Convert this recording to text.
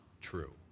true